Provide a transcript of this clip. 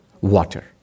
water